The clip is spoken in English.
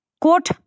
quote